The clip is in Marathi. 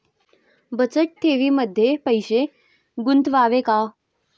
बचत ठेवीमध्ये पैसे गुंतवावे का?